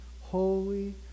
holy